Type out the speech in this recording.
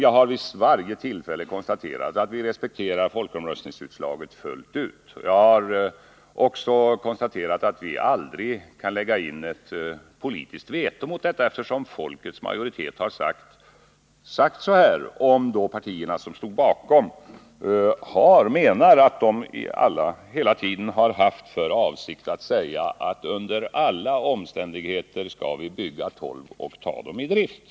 Jag har vid varje tillfälle som detta diskuterats framhållit att vi respekterar folkomröstningsutslaget fullt ut. Jag har också framhållit att vi aldrig kan lägga in ett politiskt veto mot detta, eftersom vi nu har ett uttalande från folkets majoritet. Sedan är det en annan sak om de partier som stod bakom formuleringen högst tolv reaktorer menar att de hela tiden har haft för avsikt att säga att tolv reaktorer under alla omständigheter skulle byggas och tas i drift.